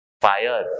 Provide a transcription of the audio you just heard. fire